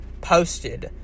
posted